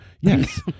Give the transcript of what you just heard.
Yes